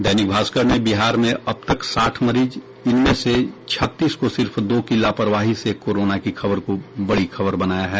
दैनिक भास्कर ने बिहार में अब तक साठ मरीज इनमें से छत्तीस को सिर्फ दो की लापरवाही से कोरोना की खबर को बड़ी खबर बनाया है